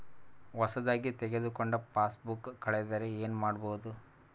ಹೊಸದಾಗಿ ತೆಗೆದುಕೊಂಡ ಪಾಸ್ಬುಕ್ ಕಳೆದರೆ ಏನು ಮಾಡೋದು?